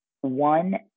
one